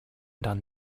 done